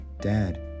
dad